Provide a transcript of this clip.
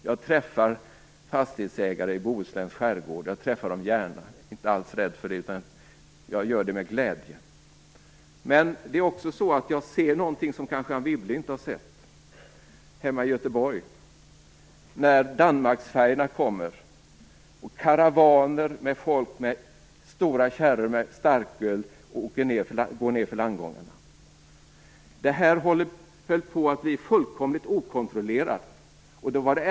Jag träffas fastighetsägare i Bohusläns skärgård, och det gör jag med glädje. Men jag kan se någonting som Anne Wibble kanske inte har sett hemma i Göteborg. När Danmarksfärjorna anländer går stora karavaner av folk med stora kärror lastade med starköl ned för landgångarna. Detta håller på att bli fullkomligt okontrollerbart.